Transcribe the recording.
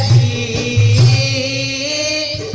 ie